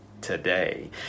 Today